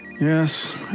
Yes